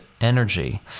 energy